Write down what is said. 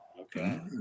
Okay